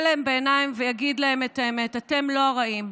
להם בעיניים ויגיד להם את האמת: אתם לא הרעים,